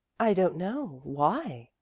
i don't know. why?